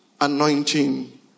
anointing